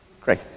Great